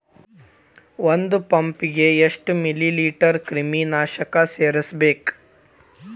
ಒಂದ್ ಪಂಪ್ ಗೆ ಎಷ್ಟ್ ಮಿಲಿ ಲೇಟರ್ ಕ್ರಿಮಿ ನಾಶಕ ಸೇರಸ್ಬೇಕ್?